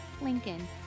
Lincoln